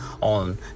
on